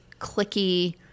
clicky